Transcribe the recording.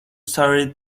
started